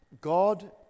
God